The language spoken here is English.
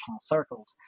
circles